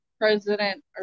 president